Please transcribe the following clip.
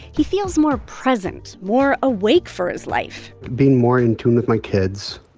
he feels more present, more awake for his life being more in tune with my kids.